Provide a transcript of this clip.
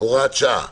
(הוראת שעה),